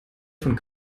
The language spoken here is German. von